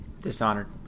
Dishonored